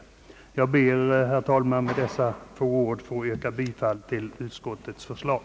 Jag ber, herr talman, att med dessa ord få yrka bifall till utskottets förslag.